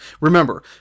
Remember